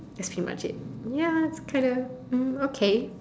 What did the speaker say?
that's pretty much it ya that's kind of mm okay